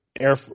Air